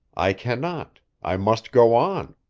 i can not. i must go on.